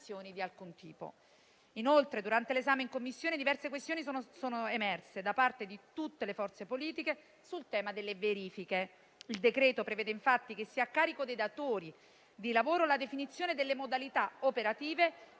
Inoltre, durante l'esame in Commissione diverse questioni sono emerse, da parte di tutte le forze politiche, sul tema delle verifiche. Il decreto prevede infatti che sia a carico dei datori di lavoro la definizione delle modalità operative